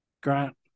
Grant